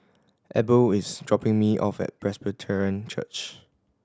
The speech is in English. Abel is dropping me off at Presbyterian Church